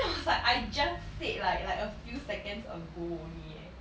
then I was like I just said like like a few seconds ago only eh